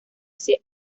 ese